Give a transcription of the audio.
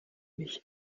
mich